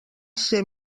ser